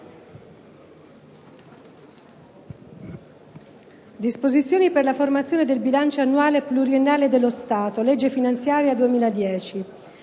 ***Disposizioni per la formazione del bilancio annuale e pluriennale dello Stato (legge finanziaria 2010)***